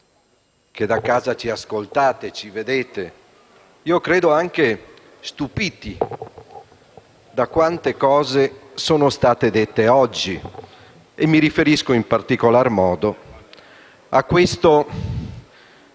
che da casa ci ascoltate e ci guardate, credo anche stupiti da quante cose sono state dette oggi. Mi riferisco in particolare a questo